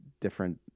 different